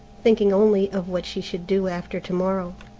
thinking only of what she should do after to-morrow.